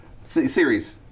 Series